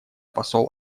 посол